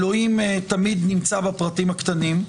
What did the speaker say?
אלוקים תמיד נמצא בפרטים הקטנים,